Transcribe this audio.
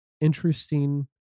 interesting